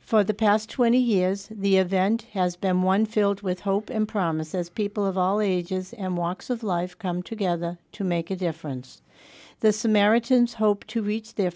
for the past twenty years the event has been one filled with hope and promise as people of all ages and walks of life come together to make a difference the samaritans hope to reach their